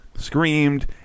screamed